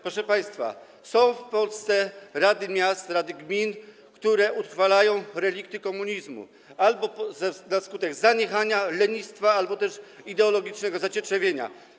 Proszę państwa, są w Polsce rady miast, rady gmin, które utrwalają relikty komunizmu na skutek zaniechania, lenistwa albo ideologicznego zacietrzewienia.